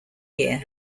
year